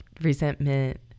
resentment